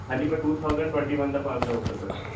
ਹਾਂਜੀ ਮੈਂ two thousand twenty one ਦਾ ਪਾਸਡ ਆਉਟ ਆ ਸਰ